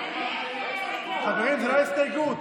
חברים, זאת לא הסתייגות.